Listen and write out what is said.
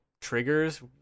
triggers